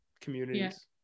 communities